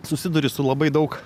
susiduri su labai daug